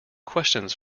questions